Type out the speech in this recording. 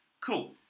Cool